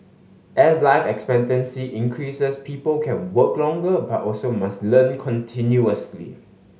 as life expectancy increases people can work longer but also must learn continuously